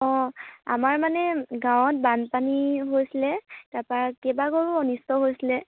অঁ আমাৰ মানে গাঁৱত বানপানী হৈছিলে তাৰপৰা কেইবা ঘৰো অনিষ্ট হৈছিলে